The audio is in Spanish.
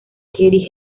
kathy